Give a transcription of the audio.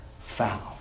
Found